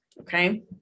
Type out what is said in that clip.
Okay